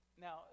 Now